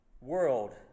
world